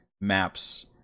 maps